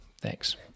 Thanks